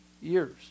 years